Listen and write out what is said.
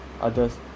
Others